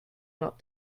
not